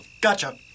Gotcha